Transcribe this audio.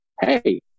hey